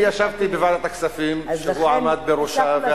אני ישבתי בוועדת כספים כשהוא עמד בראשה,